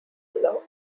law